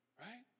Right